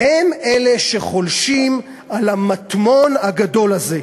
הם אלה שחולשים על המטמון הגדול הזה.